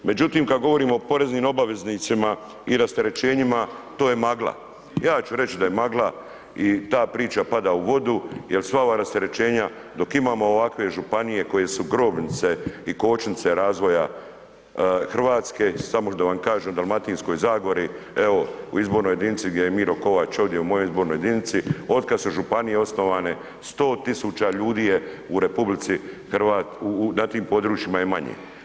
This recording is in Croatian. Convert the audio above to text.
Međutim kada govorimo o poreznim obveznicima i rasterećenjima to je magla, ja ću reći da je magla i ta priča pada u vodu jel sva ova rasterećenja dok imamo ovakve županije koje su grobnice i kočnice razvoja Hrvatske, samo da vam kažem u Dalmatinskoj zagori evo u izbornoj jedinici gdje je Miro Kovač u mojoj izbornoj jedinici od kada su županije osnovane 100.000 ljudi je na tim područjima manje.